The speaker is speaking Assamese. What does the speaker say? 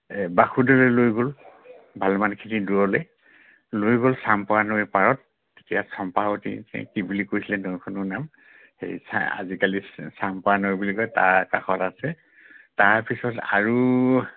বাসুদলৈ লৈ গ'ল ভালমানখিনি দূৰলে লৈ গ'ল চাম্পৰা নৈৰ পাৰত তেতিয়া চম্পাৱতি কি বুলি কৈছিলে নৈখনৰ নাম সেই আজিকালি চাম্পৰা নৈ বুলি কয় তাৰ কাষত আছে তাৰপিছত আৰু